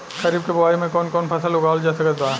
खरीब के बोआई मे कौन कौन फसल उगावाल जा सकत बा?